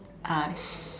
us